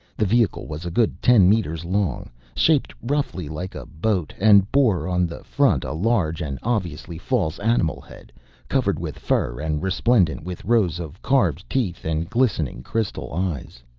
the vehicle was a good ten meters long, shaped roughly like a boat, and bore on the front a large and obviously false animal head covered with fur and resplendent with rows of carved teeth and glistening crystal eyes.